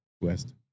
west